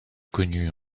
connu